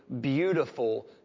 beautiful